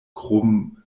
krom